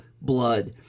blood